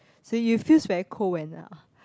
so you feels very cold when uh